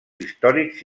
històrics